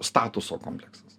statuso kompleksas